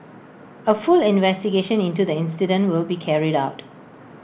A full investigation into the incident will be carried out